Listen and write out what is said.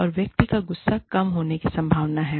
और व्यक्ति का गुस्सा कम होने की संभावना है